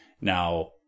Now